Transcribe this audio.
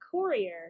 Courier